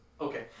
Okay